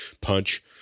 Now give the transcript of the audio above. punch